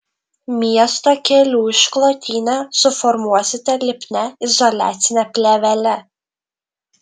miesto kelių išklotinę suformuosite lipnia izoliacine plėvele